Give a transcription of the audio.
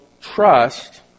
trust